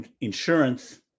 insurance